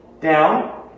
down